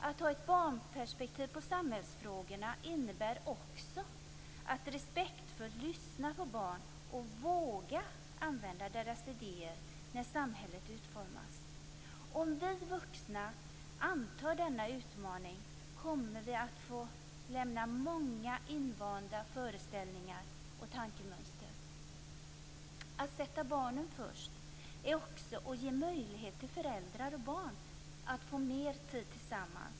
Att ha ett barnperspektiv på samhällsfrågorna innebär också att respektfullt lyssna på barn och våga använda deras idéer när samhället utformas. Om vi vuxna antar denna utmaning kommer vi att få lämna många invanda föreställningar och tankemönster. Att sätta barnen först är också att ge möjlighet till föräldrar och barn att få mer tid tillsammans.